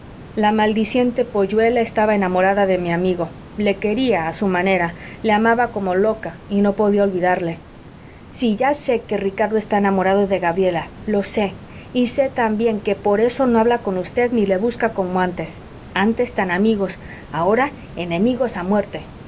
la maldiciente polluela estaba enamorada de amigo le quería a su manera le amaba como loca y no podía olvidarle sí ya sé que ricardo está enamorado de gabriela lo sé y sé también que por eso no habla con usted ni le busca como antes antes tan amigos ahora enemigos a muerte